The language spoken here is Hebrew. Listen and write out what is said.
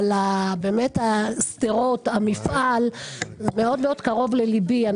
אבל באמת שדרות, המפעל, מאוד מאוד קרוב לליבי.